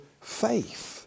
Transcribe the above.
faith